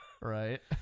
right